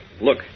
look